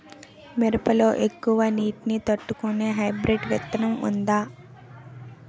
మిరప లో ఎక్కువ నీటి ని తట్టుకునే హైబ్రిడ్ విత్తనం వుందా?